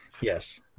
yes